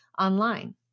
online